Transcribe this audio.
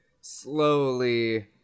slowly